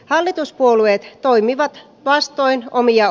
hallituspuolueet toimivat vastoin omia